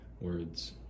words